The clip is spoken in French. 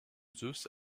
zeus